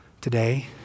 today